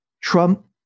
Trump